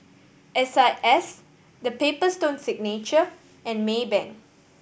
S I S The Paper Stone Signature and Maybank